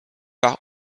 par